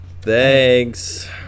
Thanks